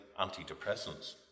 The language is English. antidepressants